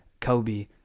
Kobe